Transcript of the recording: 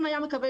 אם הוא היה מקבל